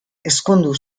ezkondu